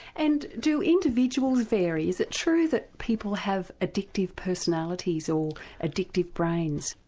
and do individuals vary, is it true that people have addictive personalities or addictive brains?